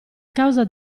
causa